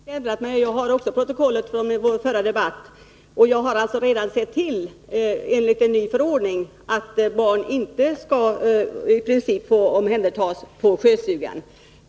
Herr talman! Jag har inte ändrat mig. Jag har också protokollet från vår förra debatt. Jag har alltså redan sett till genom en ny förordning att barn i princip inte skall omhändertas på Sjöstugan.